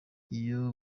iyo